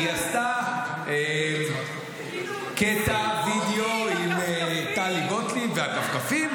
היא עשתה קטע וידיאו עם טלי גוטליב והכפכפים,